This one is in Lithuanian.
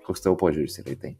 koks tavo požiūris į tai tai